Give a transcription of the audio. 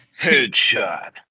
headshot